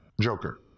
Joker